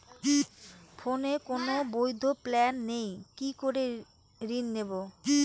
ফোনে কোন বৈধ প্ল্যান নেই কি করে ঋণ নেব?